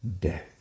Death